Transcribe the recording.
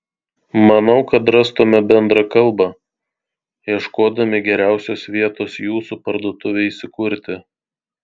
manau kad rastumėme bendrą kalbą ieškodami geriausios vietos jūsų parduotuvei įsikurti